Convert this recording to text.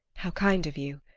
how kind of you!